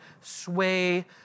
sway